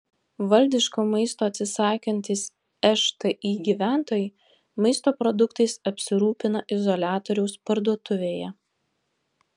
valdiško maisto atsisakantys šti gyventojai maisto produktais apsirūpina izoliatoriaus parduotuvėje